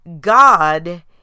God